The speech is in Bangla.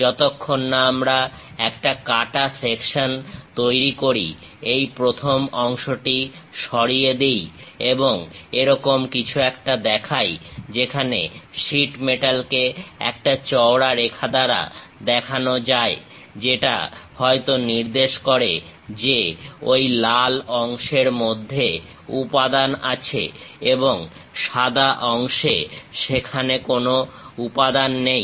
যতক্ষণ না আমরা একটা কাটা সেকশন তৈরি করি এই প্রথম অংশটি সরিয়ে দিই এবং এরকম কিছু একটা দেখাই যেখানে শীটমেটালকে একটা চওড়া রেখা দ্বারা দেখানো যায় যেটা হয়ত নির্দেশ করে যে ঐ লাল অংশের মধ্যে উপাদান আছে এবং সাদা অংশে সেখানে কোন উপাদান নেই